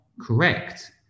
correct